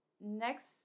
next